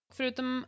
Förutom